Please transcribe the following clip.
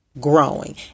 growing